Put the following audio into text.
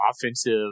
offensive